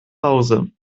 hause